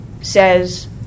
says